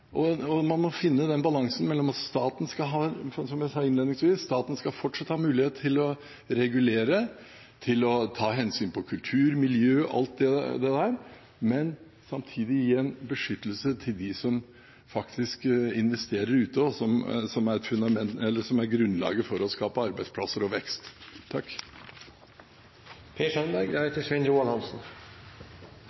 og man må finne den balansen mellom at staten, som jeg sa innledningsvis, fortsatt skal ha mulighet til å regulere, til å ta hensyn til kultur, miljø og alt det der, og samtidig gi en beskyttelse til dem som faktisk investerer ute, som er grunnlaget for å skape arbeidsplasser og vekst. Jeg vil også slutte meg til dem som har gitt positiv tilbakemelding til statsråden for en bred og